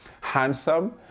handsome